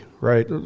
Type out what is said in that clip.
right